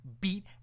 beat